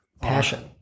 Passion